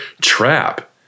trap